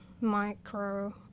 micro-